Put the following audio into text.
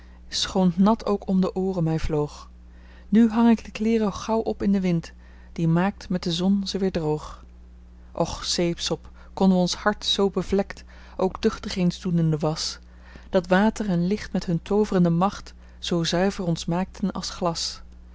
schoon t nat ook om d ooren mij vloog nu hang ik de kleeren gauw op in den wind die maakt met de zon ze weer droog och zeepsop konden w'ons hart zoo bevlekt ook duchtig eens doen in de wasch dat water en licht met hun toovrende macht zoo zuiver ons maakten als glas